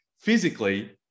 physically